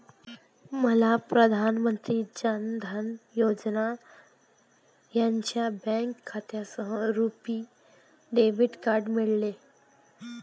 मला प्रधान मंत्री जान धन योजना यांच्या बँक खात्यासह रुपी डेबिट कार्ड मिळाले